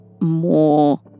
more